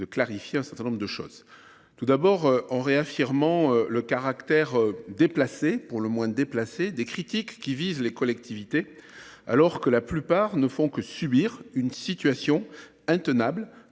de clarifier un certain nombre de choses. Le débat permet tout d’abord de réaffirmer le caractère pour le moins déplacé des critiques qui visent les collectivités, alors que la plupart ne font que subir une situation intenable